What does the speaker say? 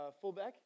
fullback